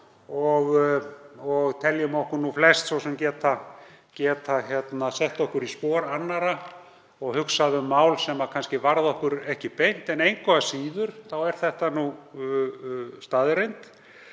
og teljum okkur flest svo sem geta sett okkur í spor annarra og hugsað um mál sem kannski varða okkur ekki beint. Engu að síður er þetta nú staðreynd.